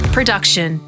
Production